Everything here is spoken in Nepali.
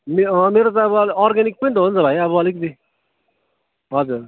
मे मेरो त अब अर्ग्यानिक पनि त हो नि त भाइ अब अलिकति हजुर